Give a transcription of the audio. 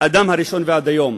האדם הראשון ועד היום.